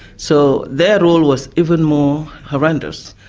so, their role was even more horrendous,